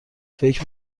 فکر